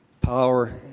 power